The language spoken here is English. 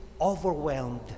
overwhelmed